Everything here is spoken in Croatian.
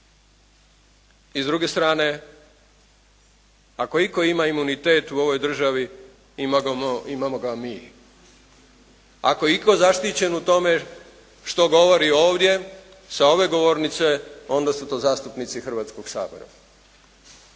I s druge strane, ako itko ima imunitet u ovoj državi imamo ga mi. Ako je itko zaštićen u tome što govori ovdje, sa ove govornice onda su to zastupnici Hrvatskog sabora.